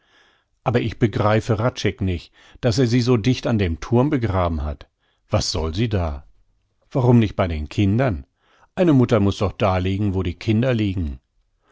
aber ich begreife hradscheck nich daß er sie so dicht an dem thurm begraben hat was soll sie da warum nicht bei den kindern eine mutter muß doch da liegen wo die kinder liegen